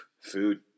Food